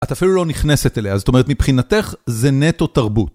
את אפילו לא נכנסת אליה, זאת אומרת מבחינתך זה נטו תרבות.